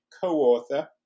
co-author